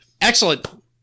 Excellent